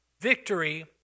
Victory